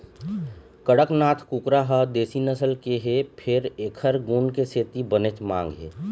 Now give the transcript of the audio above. कड़कनाथ कुकरा ह देशी नसल के हे फेर एखर गुन के सेती बनेच मांग हे